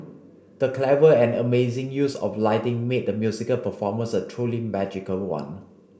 the clever and amazing use of lighting made the musical performance a truly magical one